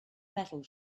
metal